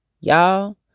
Y'all